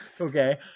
Okay